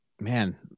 Man